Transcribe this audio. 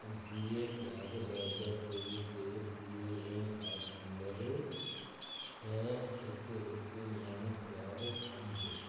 पंजवीह चार ॿ हज़ार चौवीह ते पी एन आर नंबर छह हिकु हिकु नव चार पंज